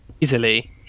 easily